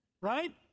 Right